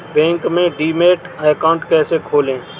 Bank में demat account कैसे खोलें?